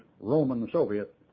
Roman-Soviet